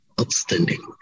outstanding